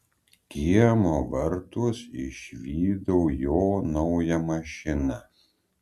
kiemo vartuos išvydau jo naują mašiną